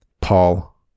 Paul